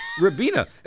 Rabina